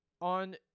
on